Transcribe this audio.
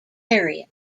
area